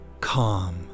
calm